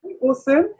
awesome